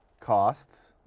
costs.